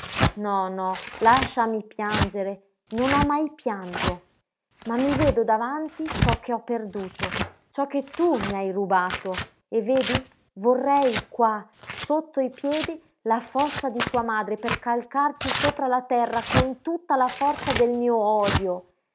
no no lasciami piangere non ho mai pianto ma mi vedo davanti ciò che ho perduto ciò che tu mi hai rubato e vedi vorrei qua sotto i piedi la fossa di tua madre per calcarci sopra la terra con tutta la forza del mio odio